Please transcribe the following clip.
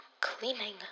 cleaning